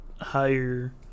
higher